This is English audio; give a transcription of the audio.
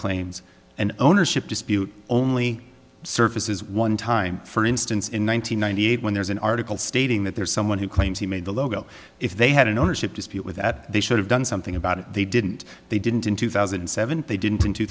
claims an ownership dispute only surfaces one time for instance in one thousand nine hundred eight when there's an article stating that there's someone who claims he made the logo if they had an ownership dispute with that they should have done something about it they didn't they didn't in two thousand and seven they didn't in two